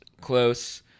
close